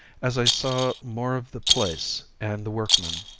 as i saw more of the place and the workmen,